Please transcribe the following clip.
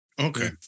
Okay